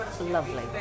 lovely